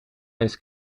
eens